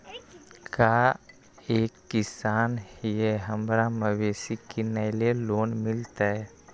हम एक किसान हिए हमरा मवेसी किनैले लोन मिलतै?